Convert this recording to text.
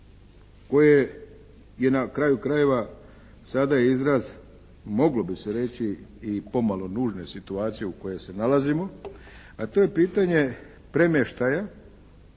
koje je na kraju krajeva sada i izraz moglo bi se reći i pomalo nužne situacije u kojoj se nalazimo a to je pitanje premještaja